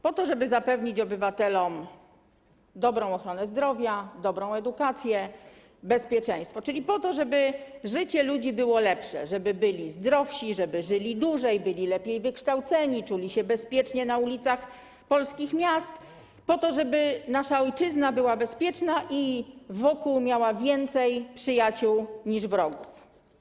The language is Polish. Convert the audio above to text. Po to, żeby zapewnić obywatelom dobrą ochronę zdrowia, dobrą edukację, bezpieczeństwo, czyli po to, żeby życie ludzi było lepsze, żeby byli zdrowsi, żeby żyli dłużej, byli lepiej wykształceni, czuli się bezpiecznie na ulicach polskich miast, po to, żeby nasza ojczyzna była bezpieczna i miała wokół więcej przyjaciół niż wrogów.